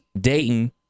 Dayton